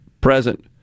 present